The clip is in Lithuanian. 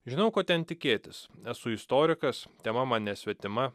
žinau ko ten tikėtis esu istorikas tema man nesvetima